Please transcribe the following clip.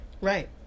Right